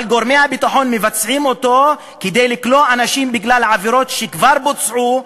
אבל גורמי הביטחון מבצעים אותו כדי לכלוא אנשים בגלל עבירות שכבר בוצעו,